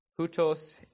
Hutos